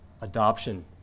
adoption